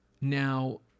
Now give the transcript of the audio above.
Now